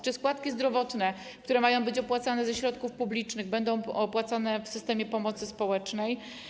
Czy składki zdrowotne, które mają być opłacane ze środków publicznych, będą płacone w systemie pomocy społecznej?